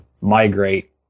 migrate